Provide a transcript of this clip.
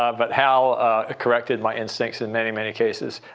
ah but hal ah corrected my instincts in many, many cases.